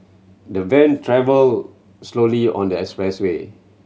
the van travelled slowly on the expressway